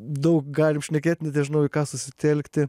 daug galim šnekėt net nežinau į ką susitelkti